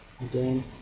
again